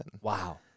Wow